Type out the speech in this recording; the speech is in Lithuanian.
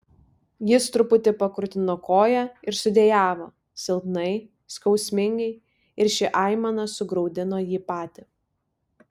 jis truputį pakrutino koją ir sudejavo silpnai skausmingai ir ši aimana sugraudino jį patį